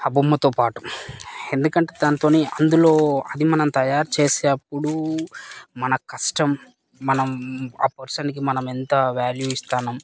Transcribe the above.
ఆ బొమ్మతో పాటు ఎందుకంటే దానితో అందులో అది మనం తయారు చేసేటప్పుడు మన కష్టం మనం ఆ పర్సన్కి మనం ఎంత వ్యాల్యూ ఇస్తున్నాము